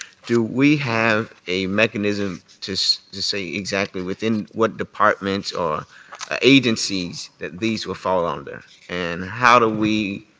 do we have a mechanism to so to say exactly within what departments or ah agencies that these will fall under, and how do we,